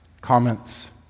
comments